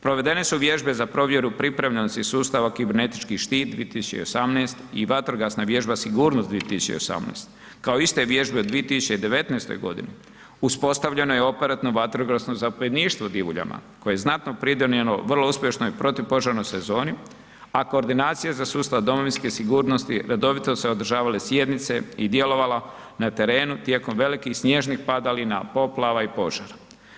Provedene su vježbe za provedbu pripremljenosti sustava Kibernetički štit 2018. i vatrogasna vježba Sigurnost 2018., kao iste vježbe u 2019. godini uspostavljeno je Operativno vatrogasno zapovjedništvo u Divuljama koje je znatno pridonijelo vrlo uspješnoj protupožarnoj sezoni, a koordinacije za sustav domovinske sigurnosti redovito se održavale sjednice i djelovalo na terenu tijekom velikih snježnih padalina, poplava i požara.